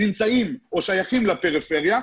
נמצאים או שייכים לפריפריה,